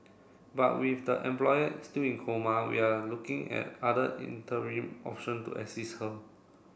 but with the employer still in coma we are looking at other interim option to assist her